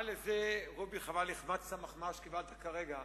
מה לזה, רובי, חבל, החמצת מחמאה שקיבלת כרגע.